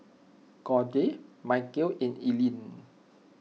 Gauge Michele and Eileen